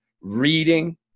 reading